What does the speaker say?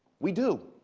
we do.